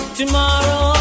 tomorrow